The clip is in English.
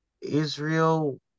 Israel